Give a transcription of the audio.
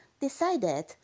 decided